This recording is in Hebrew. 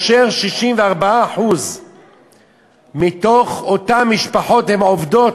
ו-64% מתוך אותן משפחות הן עובדות.